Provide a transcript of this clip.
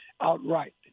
outright